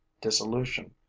dissolution